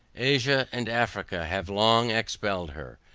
asia, and africa, have long expelled her.